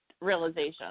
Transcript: realization